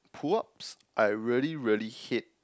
pull ups I really really hate